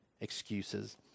excuses